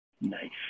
Nice